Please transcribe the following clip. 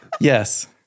Yes